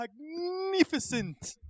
Magnificent